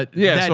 but yeah,